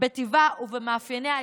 בטיבה ובמאפייניה הייחודיים,